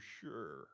sure